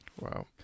wow